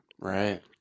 Right